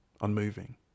unmoving